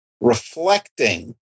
reflecting